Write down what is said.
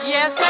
Yes